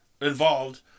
involved